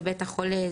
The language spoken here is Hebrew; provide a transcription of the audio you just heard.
בבית החולה,